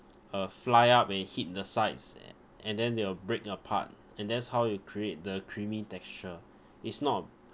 uh fly up and hit the sides a~ and then they will break apart and that's how you create the creamy texture is not